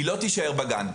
היא לא תישאר בגן.